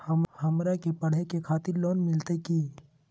हमरा के पढ़े के खातिर लोन मिलते की?